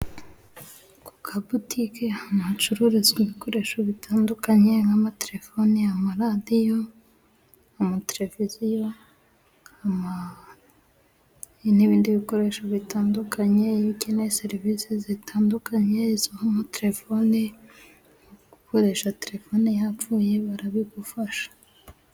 Kuka butike ahantu hacururizwa ibikoresho bitandukanye nk'amatelefoni, amaradiyo, amateleviziyo ama n'ibindi bikoresho bitandukanye iyo ukeneye serivisi zitandukanye zirimo telefoni, gukoresha telefone yapfuye barabigufasha.